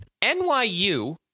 NYU